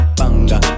banga